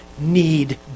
need